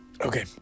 Okay